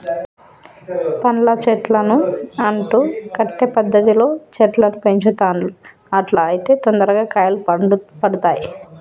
పండ్ల చెట్లను అంటు కట్టే పద్ధతిలో చెట్లను పెంచుతాండ్లు అట్లా అయితే తొందరగా కాయలు పడుతాయ్